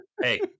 hey